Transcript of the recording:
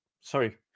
Sorry